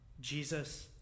Jesus